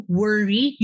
worry